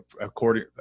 according